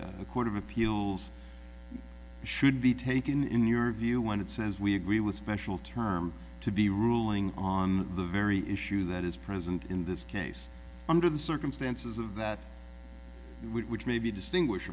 court of appeals should be taken in your view one it says we agree with special term to be ruling on the very issue that is present in this case under the circumstances of that which may be distinguish